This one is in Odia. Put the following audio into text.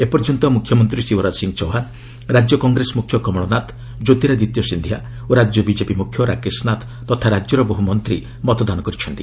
ଏପର୍ଯ୍ୟନ୍ତ ମ୍ରଖ୍ୟମନ୍ତ୍ରୀ ଶିବରାଜ ସିଂ ଚୌହାନ୍ ରାଜ୍ୟ କଂଗ୍ରେସ ମ୍ରଖ୍ୟ କମଳନାଥ ଜ୍ୟୋତିରାଦିତ୍ୟ ସିନ୍ଧିଆ ଓ ରାଜ୍ୟ ବିଜେପି ମୁଖ୍ୟ ରାକେଶ ନାଥ୍ ତଥା ରାଜ୍ୟର ବହ୍ ମନ୍ତ୍ରୀ ମତଦାନ କରିଛନ୍ତି